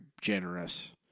generous